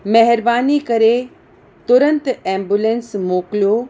महिरबानी करे तुरंत एम्बुलेंस मोकलियो